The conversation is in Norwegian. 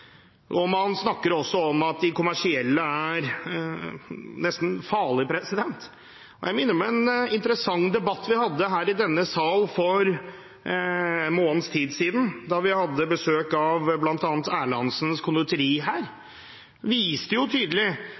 Man snakker også om at de kommersielle er nesten farlige. Jeg må innrømme at det var en interessant debatt vi hadde i denne sal for en måneds tid siden, da vi hadde besøk av bl.a. Erlandsens Conditori. De viste tydelig